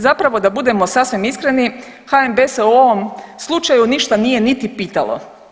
Zapravo da budemo sasvim iskreni HNB se u ovom slučaju ništa nije niti pitalo.